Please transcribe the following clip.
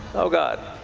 oh god.